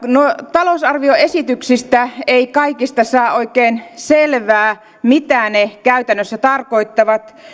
talousarvioesityksistä ei kaikista saa oikein selvää mitä ne käytännössä tarkoittavat